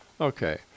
Okay